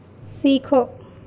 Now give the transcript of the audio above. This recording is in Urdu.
سیکھو